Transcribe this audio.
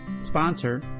sponsor